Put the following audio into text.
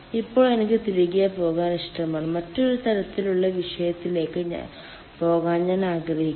ഇപ്പോൾ എനിക്ക് തിരികെ പോകാൻ ഇഷ്ടമാണ് മറ്റൊരു തരത്തിലുള്ള വിഷയത്തിലേക്ക് പോകാൻ ഞാൻ ആഗ്രഹിക്കുന്നു